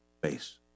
base